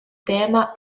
tema